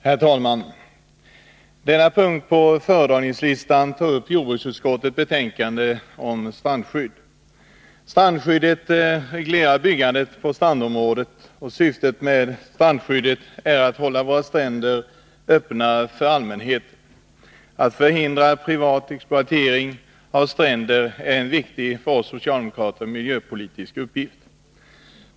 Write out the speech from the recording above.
Herr talman! Denna punkt på föredragningslistan tar upp jordbruksutskottets betänkande om strandskydd. Strandskyddet reglerar byggande på strandområden. Syftet med strandskyddet är att hålla våra stränder öppna för allmänheten. Att förhindra privat exploatering av stränderna är en för oss socialdemokrater viktig miljöpolitisk uppgift.